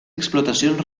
explotacions